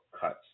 cuts